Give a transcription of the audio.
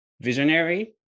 visionary